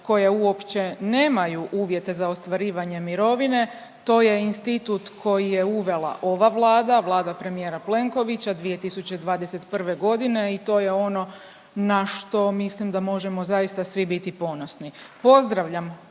koje uopće nemaju uvjete za ostvarivanje mirovine, to je institut koji je uvela ova Vlada, Vlada premijera Plenkovića 2021.g. i to je ono na što mislim da možemo zaista svi biti ponosni. Pozdravljam